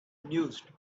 mused